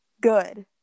good